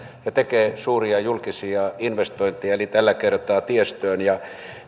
ja tekee suuria julkisia investointeja tällä kertaa tiestöön ja